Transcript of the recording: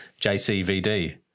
JCVD